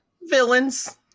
Villains